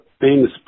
famous